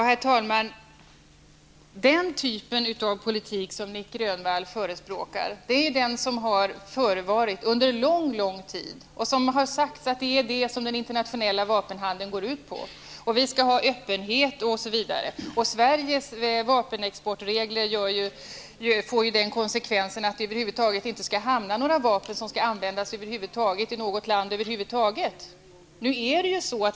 Herr talman! Den typ av politik som Nic Grönvall förespråkar är den som har förevarit under lång tid. Det har sagts att det är detta som den internationella vapenhandeln går ut på. Vi skall ha öppenhet osv. Sveriges vapenexportregler får den konsekvensen att det inte skall hamna några vapen som skall användas i något land över huvud taget.